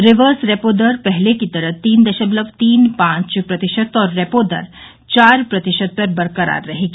reverse repo दर पहले की तरह तीन दशमलव तीन पांच प्रतिशत और रेपो दर चार प्रतिशत पर बरकरार रहेगी